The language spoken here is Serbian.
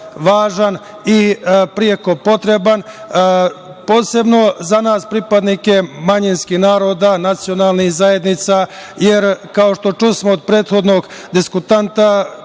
i preko potreban, posebno za nas pripadnike manjinskih naroda nacionalnih zajednica, jer kao što čusmo od prethodnog diskutanta,